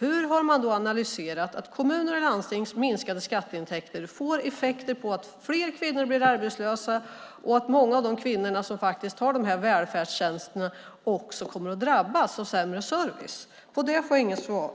Hur har man analyserat att kommuners och landstings minskade skatteintäkter får den effekten att fler kvinnor blir arbetslösa och att många av de kvinnor som har de här välfärdstjänsterna också kommer att drabbas av sämre service? Det får jag